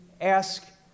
ask